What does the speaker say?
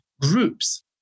groups